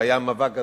היה מאבק גדול,